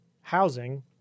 housing